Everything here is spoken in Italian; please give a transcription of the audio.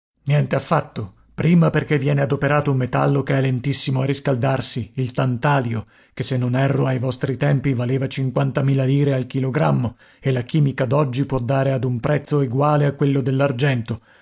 fresca niente affatto prima perché viene adoperato un metallo che è lentissimo a riscaldarsi il tantalio che se non erro ai vostri tempi valeva lire al chilogrammo e la chimica d'oggi può dare ad un prezzo eguale a quello